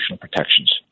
protections